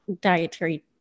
dietary